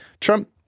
Trump